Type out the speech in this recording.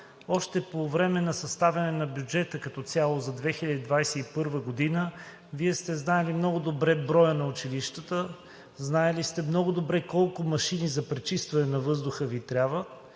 още по време на съставянето като цяло на бюджета за 2021 г. Вие сте знаели много добре броя на училищата, знаели сте много добре колко машини за пречистване на въздуха Ви трябват